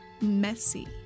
Messy